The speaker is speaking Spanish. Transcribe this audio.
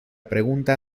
pregunta